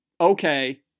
okay